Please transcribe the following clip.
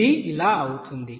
ఇది అవుతుంది